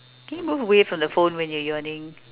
can you move away from the phone when you're yawning